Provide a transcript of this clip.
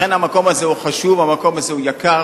לכן המקום הזה הוא חשוב, המקום הזה הוא יקר,